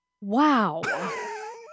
Wow